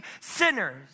sinners